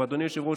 ואדוני היושב-ראש,